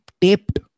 taped